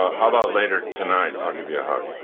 how about later tonight i'll give you a hug?